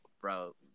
bro